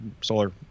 solar